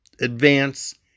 advance